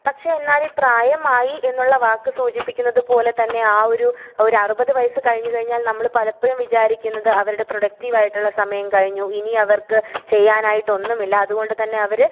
പക്ഷെ എന്നാൽ ഈ പ്രായമായി എന്നുള്ള വാക്ക് സൂചിപ്പിക്കുന്നത് പോലെ തന്നെ ആ ഒരു ഒരു അറുപത് വയസ്സ് കഴിഞ്ഞു കഴിഞ്ഞാല് നമ്മൾ പലപ്പോഴും വിചാരിക്കുന്നത് അവരുടെ പ്രൊഡക്റ്റീവായിട്ടുള്ള സമയം കഴിഞ്ഞു ഇനി അവര്ക്ക് ചെയ്യാനായിട്ട് ഒന്നുമില്ല അതുകൊണ്ടു തന്നെ അവർ